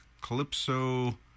Calypso